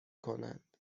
کنند